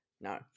no